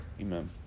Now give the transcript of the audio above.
amen